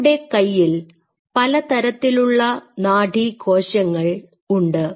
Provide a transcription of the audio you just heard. നിങ്ങളുടെ കയ്യിൽ പലതരത്തിലുള്ള നാഡീ കോശങ്ങൾ ഉണ്ട്